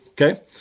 Okay